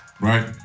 right